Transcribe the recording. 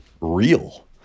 real